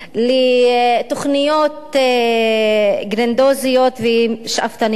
לתוכניות גרנדיוזיות ושאפתניות,